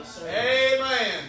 Amen